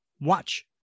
watch